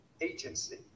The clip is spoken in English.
agency